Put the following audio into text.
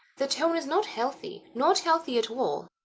the tone is not healthy, not healthy at all.